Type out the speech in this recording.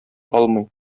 алмый